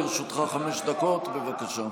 לרשותך חמש דקות, בבקשה.